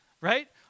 Right